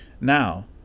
Now